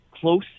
close